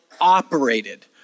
operated